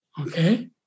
okay